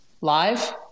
live